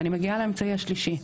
ואני מגיעה לאמצעי השלישי.